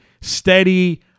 steady